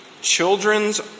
Children's